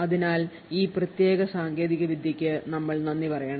അതിനാൽ ഈ പ്രത്യേക സാങ്കേതികവിദ്യയ്ക്ക് നമ്മൾ നന്ദി പറയണം